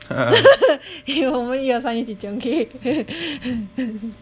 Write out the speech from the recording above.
eh 我们一二三一起讲 K